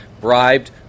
bribed